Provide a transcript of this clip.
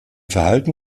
verhalten